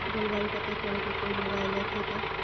जलवायु पता करे के कोइ मोबाईल ऐप है का?